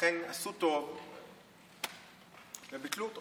ולכן עשו טוב וביטלו אותו.